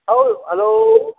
ಹೌದು ಅಲೋ